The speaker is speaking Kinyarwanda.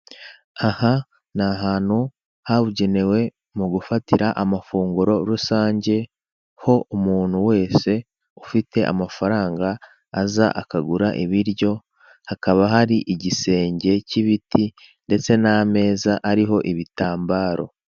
Aha ni ahantu habugenewe mu gufatira amafunguro rusange, aho umuntu wese ufite amafaranga aza akagura ibiryo; hakaba hari igisenge k'ibiti ndetse n'ameza ariho ibitambaro.